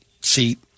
seat